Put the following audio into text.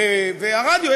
והרדיו,